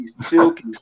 silky